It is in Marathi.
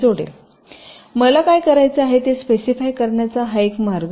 मला काय करायचे आहे हे स्पेसिफाय करण्याचा हा एक मार्ग आहे